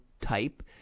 type